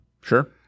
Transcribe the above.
Sure